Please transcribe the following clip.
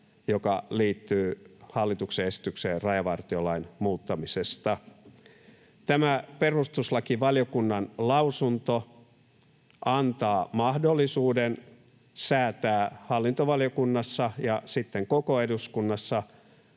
joka liittyy hallituksen esitykseen rajavartiolain muuttamisesta. Tämä perustuslakivaliokunnan lausunto antaa mahdollisuuden säätää hallintovaliokunnassa ja sitten koko eduskunnassa